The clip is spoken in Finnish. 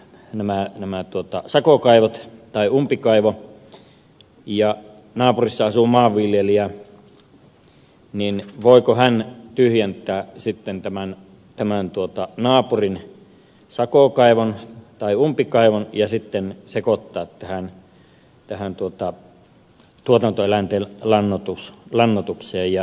no me emme tuota sakokaivot tai umpikaivo ja naapurissa asuu maanviljelijä niin voiko hän tyhjentää naapurin sakokaivon tai umpikaivon ja sekoittaa sisällön tuotantoeläinten lannoitukseen